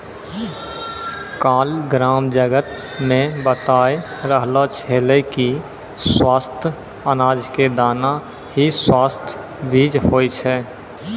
काल ग्राम जगत मॅ बताय रहलो छेलै कि स्वस्थ अनाज के दाना हीं स्वस्थ बीज होय छै